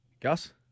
Gus